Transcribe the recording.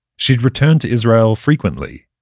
she'd return to israel frequently.